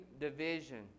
division